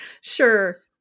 Sure